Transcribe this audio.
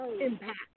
impact